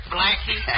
Blackie